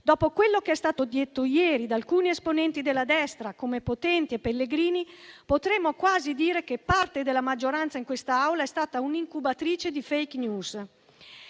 Dopo quello che è stato detto ieri da alcuni esponenti della destra come Potenti e Pellegrini, potremmo quasi dire che parte della maggioranza in quest'Aula è stata un'incubatrice di *fake news*.